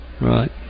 right